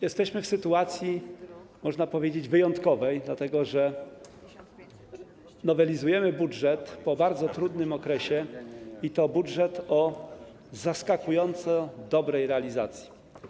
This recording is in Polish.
Jesteśmy w sytuacji, można powiedzieć, wyjątkowej, dlatego że nowelizujemy po bardzo trudnym okresie budżet, i to budżet o zaskakująco dobrej realizacji.